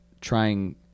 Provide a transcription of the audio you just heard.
trying